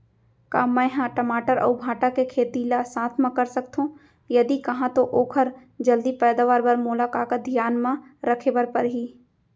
का मै ह टमाटर अऊ भांटा के खेती ला साथ मा कर सकथो, यदि कहाँ तो ओखर जलदी पैदावार बर मोला का का धियान मा रखे बर परही?